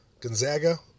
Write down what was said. Gonzaga